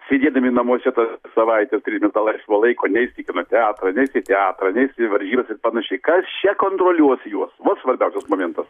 sėdėdami namuose tą savaitę neturi nei to laisvo laiko neisi į kino teatrą neisi į teatrą neisi į varžybas ir panašiai kas čia kontroliuos juos va svarbiausias momentas